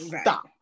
Stop